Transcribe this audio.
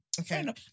Okay